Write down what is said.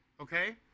Okay